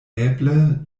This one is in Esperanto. eble